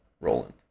Roland